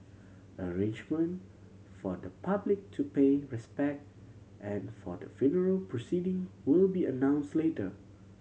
arrangement for the public to pay respect and for the funeral proceeding will be announced later